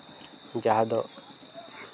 ᱡᱟᱦᱟᱸ ᱫᱚ